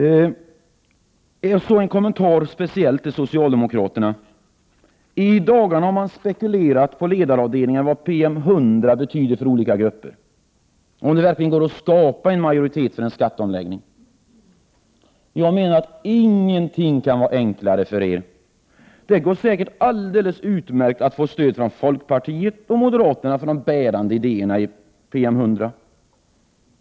Så en kommentar speciellt till socialdemokraterna. I dagarna har man på ledaravdelningarna spekulerat om vad PM 100 betyder för olika grupper och om det verkligen går att skapa en majoritet för en skatteomläggning. Jag menar att ingenting kan vara enklare för er. Det går säkert alldeles utmärkt att få stöd från folkpartiet och moderaterna för de bärande idéerna i PM 100.